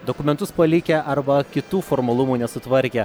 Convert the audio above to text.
dokumentus palikę arba kitų formalumų nesutvarkę